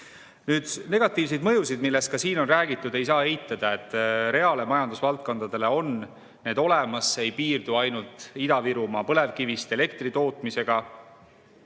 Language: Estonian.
Nüüd, negatiivseid mõjusid, millest ka siin on räägitud, ei saa eitada, reale majandusvaldkondadele on need olemas, see ei piirdu ainult Ida-Virumaa põlevkivist elektri tootmisega.